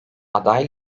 aday